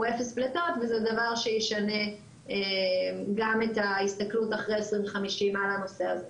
0 פליטות וזה דבר שישנה גם את ההסתכלות אחרי 2050 על הנושא הזה.